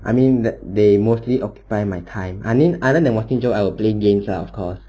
I mean that they mostly occupy my time I mean other than watching show I would play games ah of course